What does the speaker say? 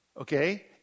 Okay